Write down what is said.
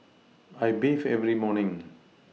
I bathe every morning